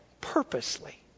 purposely